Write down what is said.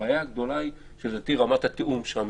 הבעיה הגדולה היא שלדעתי רמת התיאום שם,